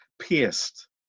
pierced